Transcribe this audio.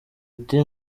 uti